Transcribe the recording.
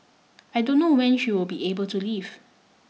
I don't know when she will be able to leave